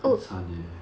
很惨 leh